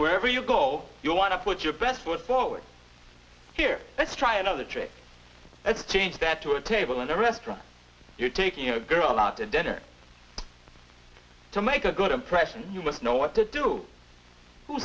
wherever you go you want to put your best foot forward here let's try another trick that's a change that to a table in a restaurant you're taking a girl out to dinner to make a good impression you must know what to do